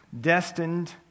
destined